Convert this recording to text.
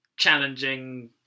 challenging